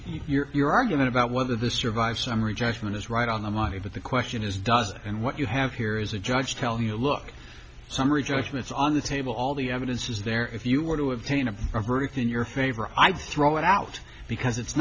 lives you're arguing about whether the survive summary judgment is right on the money but the question is does and what you have here is a judge telling you look summary judgments on the table all the evidence is there if you were to obtain a verdict in your favor i'd throw it out because it's